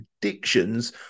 predictions